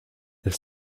elle